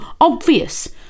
obvious